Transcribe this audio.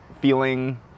feeling